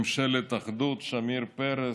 ממשלת האחדות שמיר-פרס,